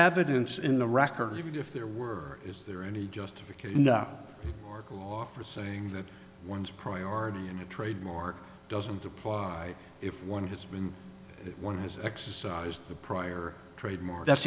evidence in the record even if there were is there any justification offer saying that one's priority in a trademark doesn't apply if one has been that one has exercised the prior trademark that's